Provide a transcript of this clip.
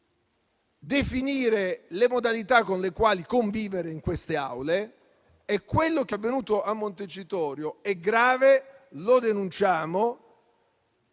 definire le modalità con le quali convivere in queste Aule. Quello che è avvenuto a Montecitorio è grave, lo denunciamo